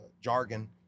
jargon